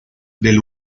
del